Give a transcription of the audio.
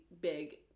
big